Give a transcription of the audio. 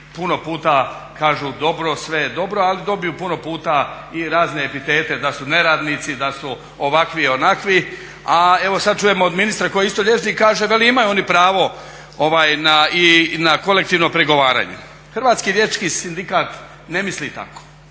puno puta kažu dobro, sve je dobro ali dobiju puno puta i razne epitete da su neradnici, da su ovakvi, onakvi. A evo sad čujemo od ministra koji je isto liječnik kaže imaju oni pravo na kolektivno pregovaranje. Hrvatski liječnički sindikat ne misli tako.